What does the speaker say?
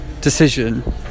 decision